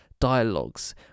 dialogues